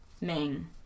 Ming